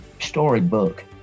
storybook